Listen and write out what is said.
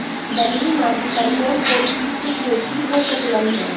बलुई माटी पर कोन कोन चीज के खेती हो सकलई ह?